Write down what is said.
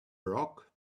rock